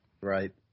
Right